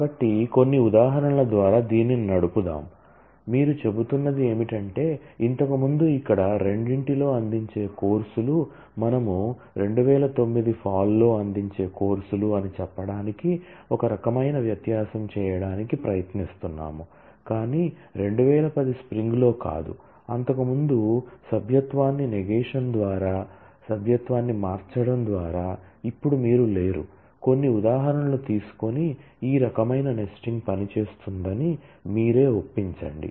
కాబట్టి కొన్ని ఉదాహరణల ద్వారా దీనిని నడుపుదాం మీరు చెబుతున్నది ఏమిటంటే ఇంతకుముందు ఇక్కడ రెండింటిలో అందించే కోర్సులు మనము 2009 ఫాల్ లో అందించే కోర్సులు అని చెప్పడానికి ఒక రకమైన వ్యత్యాసం చేయడానికి ప్రయత్నిస్తున్నాము కాని 2010 స్ప్రింగ్ లో కాదు అంతకుముందు సభ్యత్వాన్ని నేగేషన్ ద్వారా సభ్యత్వాన్ని మార్చడం ద్వారా ఇప్పుడు మీరు లేరు కొన్ని ఉదాహరణలు తీసుకొని ఈ రకమైన నెస్టింగ్ పని చేస్తుందని మీరే ఒప్పించండి